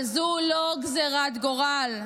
אבל זו לא גזרת גורל.